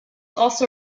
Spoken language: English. also